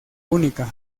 única